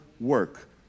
work